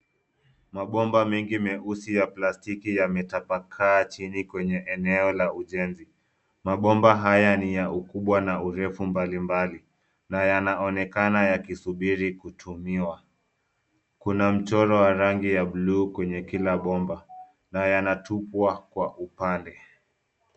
Mabomba mengi meusi ya plastiki yametapakaa chini kwenye eneo la ujenzi. Mabomba haya ni ya ukubwa na urefu mbalimbali na yanaonekana yakisubiri kutumiwa. Kuna mchoro wa rangi ya blue kwenye kila bomba na yanatupwa kwa upande.